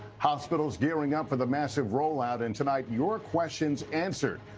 hospitals gearing up for the massive rollout and tonight your questions answered.